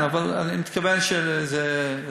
אבל אני מתכוון שעדיין